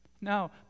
Now